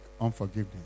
unforgiveness